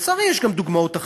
לצערי, יש גם דוגמאות אחרות,